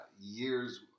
years